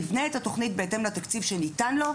יבנה את התוכנית בהתאם לתקציב שניתן לו,